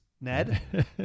Ned